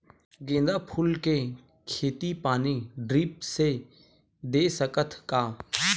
गेंदा फूल के खेती पानी ड्रिप से दे सकथ का?